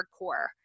hardcore